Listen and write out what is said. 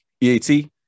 EAT